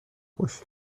باشه